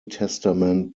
testament